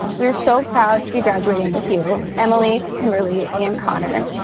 we are so proud to be graduating with you, emily, kimberly, and connor,